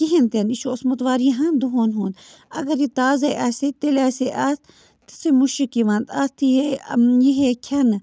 کِہیٖنۍ تہِ نہٕ یہِ چھُ اوسمُت واریاہَن دۄہَن ہُنٛد اگر یہِ تازَے آسہِ ہے تیٚلہِ آسہِ ہے اَتھ تِژھٕے مُشک یِوان اَتھ یِہے یِہے کھٮ۪نہٕ